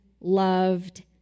loved